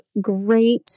great